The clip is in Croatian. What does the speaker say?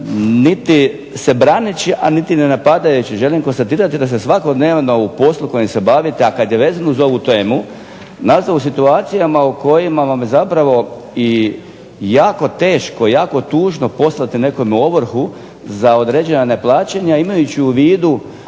Niti se braneći, a niti ne napadajući želim konstatirati da se svakodnevno u poslu kojim se bavite, a kad je vezano uz ovu temu, na osnovu situacija u kojima vam zapravo i jako teško, jako tužno poslati nekome ovrhu za određena neplaćanja imajući u vidu